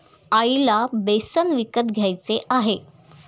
आईला बेसन विकत घ्यायचे आहे